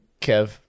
Kev